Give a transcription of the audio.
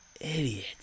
Idiot